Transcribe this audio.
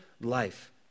life